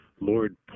Lord